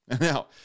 Now